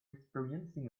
experiencing